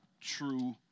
True